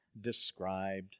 described